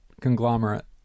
conglomerate